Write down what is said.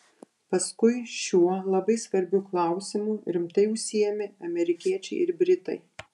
paskui šiuo labai svarbiu klausimu rimtai užsiėmė amerikiečiai ir britai